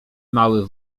mały